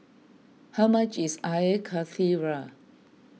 how much is Air Karthira